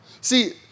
See